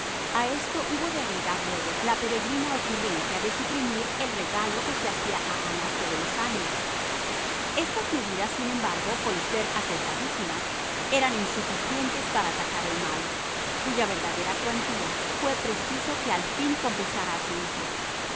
a esto hubo de agregar luego la peregrina ocurrencia de suprimir el regalo que se hacía a ana todos los años estas medidas sin embargo con ser acertadísimas eran insuficientes para atajar el mal cuya verdadera cuantía fué preciso que al fin confesara a su hija